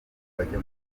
bajya